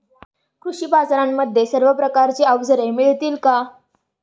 कृषी बाजारांमध्ये सर्व प्रकारची अवजारे मिळतील का?